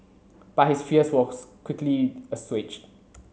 but his fears were quickly assuaged